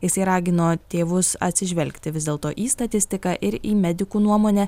jisai ragino tėvus atsižvelgti vis dėlto į statistiką ir į medikų nuomonę